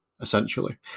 essentially